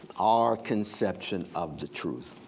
our conception of the truth.